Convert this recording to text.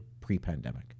pre-pandemic